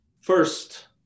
first